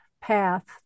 path